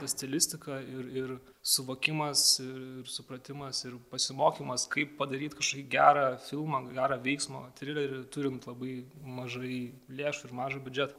ta stilistika ir ir suvokimas ir supratimas ir pasimokymas kaip padaryt kažkokį gerą filmą gerą veiksmo trilerį turint labai mažai lėšų ir mažą biudžetą